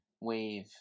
wave